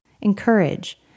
encourage